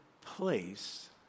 place